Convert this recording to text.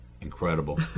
Incredible